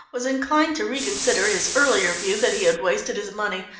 was inclined to reconsider his earlier view that he had wasted his money,